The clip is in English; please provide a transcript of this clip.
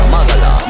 Magala